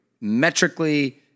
metrically